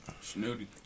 Snooty